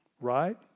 Right